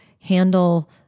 handle